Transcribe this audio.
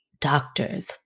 doctors